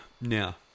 Now